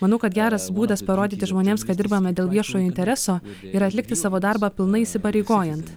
manau kad geras būdas parodyti žmonėms kad dirbame dėl viešojo intereso yra atlikti savo darbą pilnai įsipareigojant